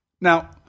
Now